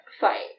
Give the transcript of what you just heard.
fight